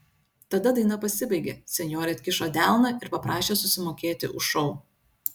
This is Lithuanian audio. tada daina pasibaigė senjorė atkišo delną ir paprašė susimokėti už šou